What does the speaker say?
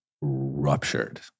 ruptured